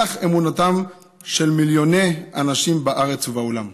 כך אמונתם של מיליוני אנשים בארץ ובעולם.